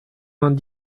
vingt